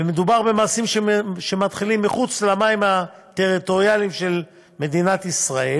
ומדובר במעשים שמתחילים מחוץ למים הטריטוריאליים של מדינת ישראל